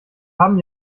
haben